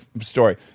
story